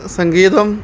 സംഗീതം